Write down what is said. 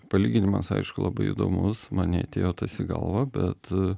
palyginimas aišku labai įdomus man neatėjo tas į galvą bet